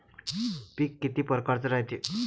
पिकं किती परकारचे रायते?